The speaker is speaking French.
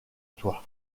toi